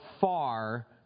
far